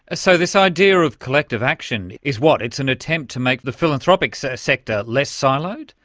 so this idea of collective action is what? it's an attempt to make the philanthropic so sector less siloed?